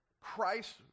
Christ